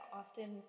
often